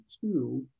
two